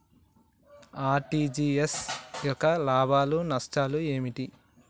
RTGS యొక్క లాభాలు నష్టాలు ఏమిటి?